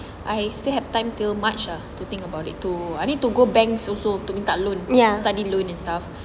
I have still have time to march ah to think about it to I mean to go bank also to minta loan study loon and stuff